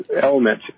element